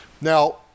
Now